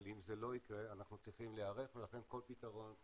אבל אם זה לא יקרה אנחנו צריכים להיערך ולכן כל פתרון,